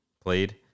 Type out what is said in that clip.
played